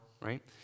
right